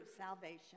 salvation